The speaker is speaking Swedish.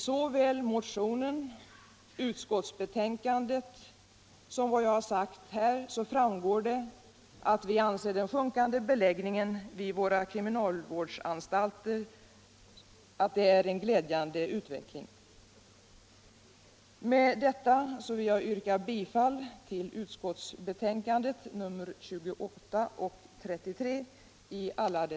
Såväl av motionen och av utskottsbetänkandet som av vad jag har sagt här framgår att vi anser den sjunkande beläggningen vid våra kriminalvårdsanstalter vara en glädjande utveckling. Med detta vill jag i alla delar yrka bifall till justitieutskottets hemställan i betänkandena nr 28 och 33.